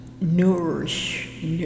nourish